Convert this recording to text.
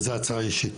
וזו הצעה אישית